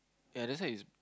ya that's why it's